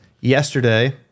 yesterday